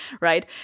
right